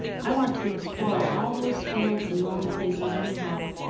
i want to explore all those fields and lonely places anyhow.